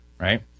right